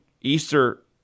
Easter